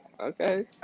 Okay